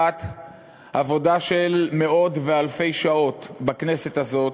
1. עבודה של מאות ואלפי שעות בכנסת הזאת,